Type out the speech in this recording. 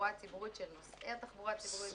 נוסעי התחבורה הציבורית,